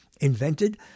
invented